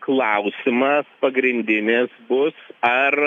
klausimas pagrindinis bus ar